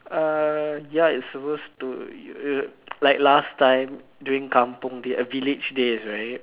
err ya it's supposed to yo~ like last time during kampung days uh village days right